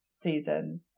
season